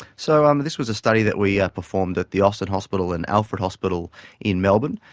so um this was a study that we performed at the austin hospital and alfred hospital in melbourne,